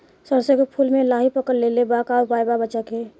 सरसों के फूल मे लाहि पकड़ ले ले बा का उपाय बा बचेके?